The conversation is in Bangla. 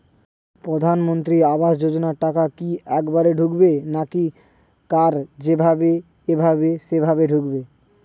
প্রধানমন্ত্রী আবাস যোজনার টাকা কি একবারে ঢুকবে নাকি কার যেভাবে এভাবে সেভাবে ঢুকবে?